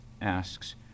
asks